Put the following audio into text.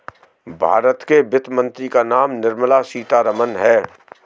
भारत के वित्त मंत्री का नाम निर्मला सीतारमन है